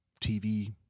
TV